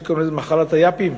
שקוראים לה "מחלת היאפים".